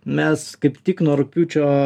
mes kaip tik nuo rugpjūčio